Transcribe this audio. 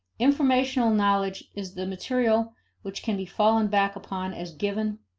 informational knowledge is the material which can be fallen back upon as given,